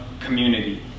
community